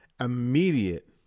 immediate